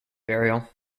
burial